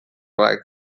right